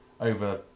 Over